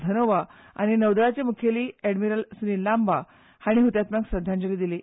धनोवा आनी नौदळाचे मुखेली एडमिरल सुनील लान्बा हाणी हतात्म्यांक श्रध्दांजली दिली